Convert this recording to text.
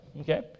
okay